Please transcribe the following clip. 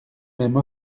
même